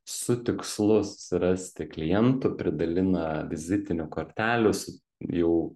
su tikslu susirasti klientų pridalina vizitinių kortelių su jau